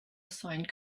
assigned